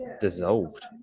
dissolved